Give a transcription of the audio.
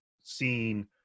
seen